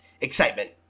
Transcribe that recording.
excitement